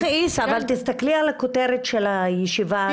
זה מכעיס, אבל תסתכלי על הכותרת של הישיבה הזו.